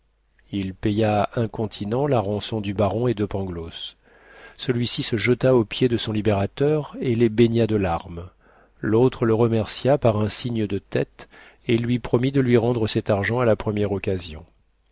il paya incontinent la rançon du baron et de pangloss celui-ci se jeta aux pieds de son libérateur et les baigna de larmes l'autre le remercia par un signe de tête et lui promit de lui rendre cet argent à la première occasion